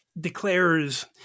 declares